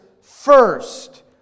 first